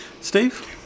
Steve